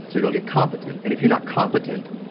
so you don't get competent. and if you're not competent,